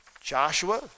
Joshua